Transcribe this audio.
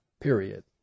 Period